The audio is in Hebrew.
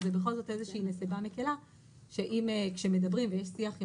אבל זה בכל זאת איזושהי נסיבה מקלה שכאשר מדברים ויש שיח עם